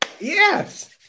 Yes